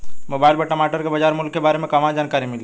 Mobile पर टमाटर के बजार मूल्य के बारे मे कहवा से जानकारी मिली?